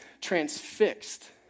transfixed